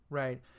right